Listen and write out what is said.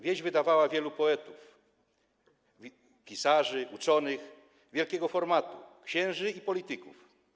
Wieś wydawała wielu poetów, pisarzy, uczonych wielkiego formatu, księży i polityków.